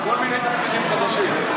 כל מיני תפקידים חדשים.